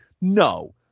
No